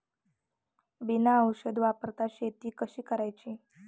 बिना औषध वापरता शेती कशी करावी?